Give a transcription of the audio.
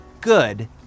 good